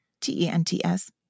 T-E-N-T-S